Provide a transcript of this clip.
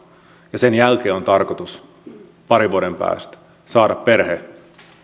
ja sen jälkeen on tarkoitus parin vuoden päästä saada perhe